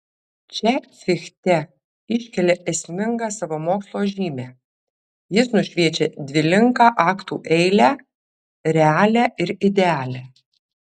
čia fichte iškelia esmingą savo mokslo žymę jis nušviečia dvilinką aktų eilę realią ir idealią